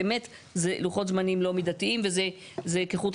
באמת אלה לוחות זמנים לא מידתיים, וזה לא מספיק.